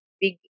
big